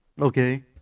okay